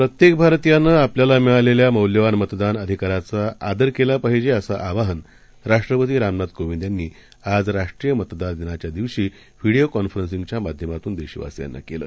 प्रत्येकभारतीयांनीआपल्यालामिळालेल्यामौल्यवानमतदानअधिकाराचाआदरकेलापाहिजे असंआवाहनराष्ट्रपतीरामनाथकोविंदयांनीआजराष्ट्रीयमतदारदिनाच्यादिवशीव्हिडीओकॉन्फरंसिंगच्यामाध्यामातूनदेशवासीयांनाकेलं